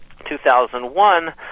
2001